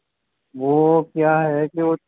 वह क्या है कि वह